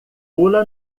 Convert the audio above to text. pula